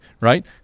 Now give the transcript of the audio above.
right